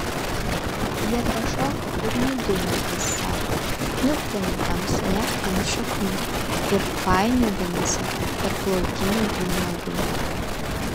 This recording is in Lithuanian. jie pašoko ir nudūmė kas sau kniubdami tamsoje ant šaknų ir painiodamiesi tarp laukinių vynuogių